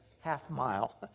half-mile